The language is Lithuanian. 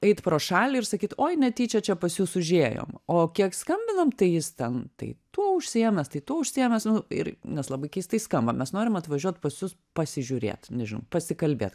eit pro šalį sakyt oi netyčia čia pas jus užėjom o kiek skambinam tai jis ten tai tuo užsiėmęs tai tuo užsiėmęs nu ir nes labai keistai skamba mes norim atvažiuoti pas jus pasižiūrėt nežinau pasikalbėt